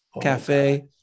cafe